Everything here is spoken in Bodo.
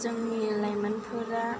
जोंनि लाइमोनफोरा